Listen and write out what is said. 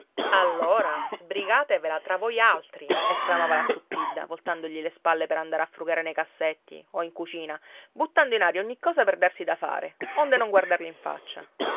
allora sbrigatevela tra voi altri esclamava la zuppidda voltandogli le spalle per andare a frugare nei cassetti o in cucina buttando in aria ogni cosa per darsi da fare onde non guardarlo in faccia